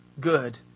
good